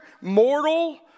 mortal